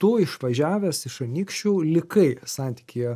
tu išvažiavęs iš anykščių likai santykyje